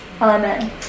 Amen